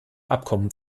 abkommen